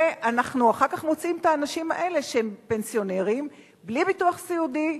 ואנחנו אחר כך מוצאים את האנשים האלה שהם פנסיונרים בלי ביטוח סיעודי,